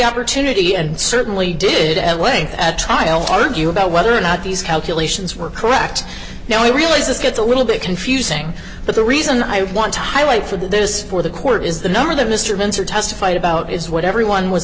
opportunity and certainly did at way at trial argue about whether or not these calculations were correct now i realize this gets a little bit confusing but the reason i want to highlight for this for the court is the number that mr venter testified about is what everyone was